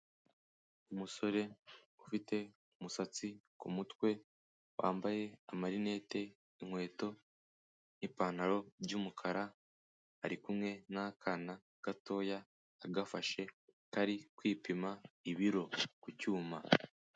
Umusore ufite umusatsi ku mutwe wambaye amarinete' inkweto n'ipantaro by'umukara ari kumwe n'akana gatoya, agafashe kari kwipima ibiro ku cyuma.